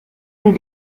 une